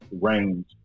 range